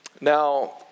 Now